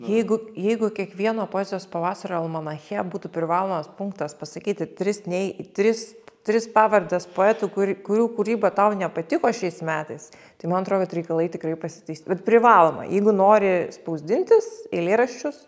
jeigu jeigu kiekvieno poezijos pavasario almanache būtų privalomas punktas pasakyti tris nei tris tris pavardes poetų kur kurių kūryba tau nepatiko šiais metais tai man atrodo tai reikalai tikrai pasitais bet privaloma jeigu nori spausdintis eilėraščius